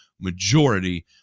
majority